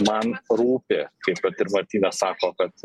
man rūpi kaip vat ir martynas sako kad